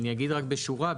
אני אגיד רק בשורה,